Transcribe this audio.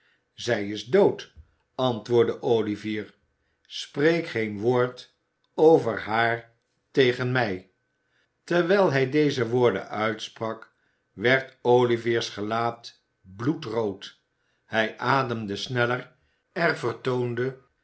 zij is dood antwoordde olivier spreek geen woord over haar tegen mij terwijl hij deze woorden uitsprak werd olivier's gelaat bloedrood hij ademde sneller